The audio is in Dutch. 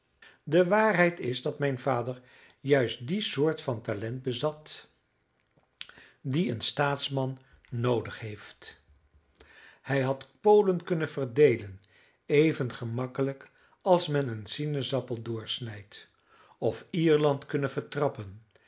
de waarheid is dat mijn vader juist die soort van talent bezat die een staatsman noodig heeft hij had polen kunnen verdeelen even gemakkelijk als men een sinaasappel doorsnijdt of ierland kunnen vertrappen